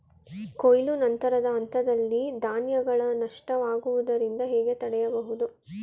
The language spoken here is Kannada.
ಕೊಯ್ಲು ನಂತರದ ಹಂತದಲ್ಲಿ ಧಾನ್ಯಗಳ ನಷ್ಟವಾಗುವುದನ್ನು ಹೇಗೆ ತಡೆಯಬಹುದು?